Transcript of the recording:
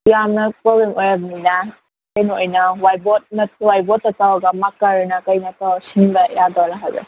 ꯌꯥꯝꯅ ꯄ꯭ꯔꯣꯕ꯭ꯂꯦꯝ ꯑꯣꯏꯔꯃꯤꯅ ꯀꯩꯅꯣ ꯑꯣꯏꯅ ꯋꯥꯏꯠ ꯕꯣꯔꯠ ꯋꯥꯏꯠ ꯕꯣꯔꯠꯇ ꯇꯧꯔꯒ ꯃꯥꯔꯀꯔꯅ ꯀꯩꯅ ꯇꯧꯔ ꯁꯤꯟꯕ ꯌꯥꯗꯣꯏꯔꯥ ꯍꯥꯏꯕ